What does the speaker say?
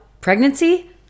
pregnancy